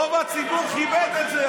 רוב הציבור כיבד את זה,